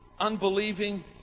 unbelieving